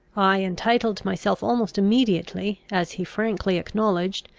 i entitled myself almost immediately, as he frankly acknowledged,